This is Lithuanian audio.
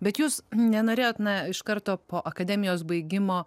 bet jūs nenorėjot na iš karto po akademijos baigimo